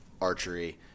archery